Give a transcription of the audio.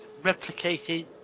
replicating